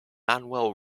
manuel